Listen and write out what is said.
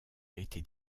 été